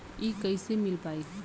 इ कईसे मिल पाई?